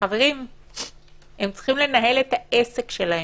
הם צריכים לנהל את העסק שלהם.